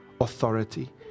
authority